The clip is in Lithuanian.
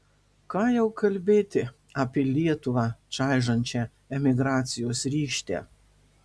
ką jau kalbėti apie lietuvą čaižančią emigracijos rykštę